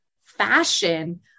fashion